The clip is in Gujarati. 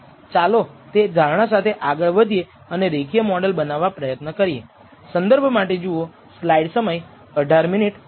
ચાલો તે ધારણા સાથે આગળ વધીએ અને રેખીય મોડલ બનાવવા પ્રયત્ન કરીએ